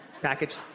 Package